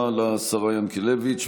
תודה רבה לשרה ינקלביץ',